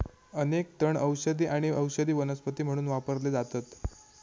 अनेक तण औषधी आणि औषधी वनस्पती म्हणून वापरले जातत